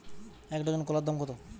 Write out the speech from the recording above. এক ডজন কলার দাম কত?